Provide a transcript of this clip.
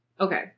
Okay